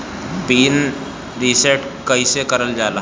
Pin reset कईसे करल जाला?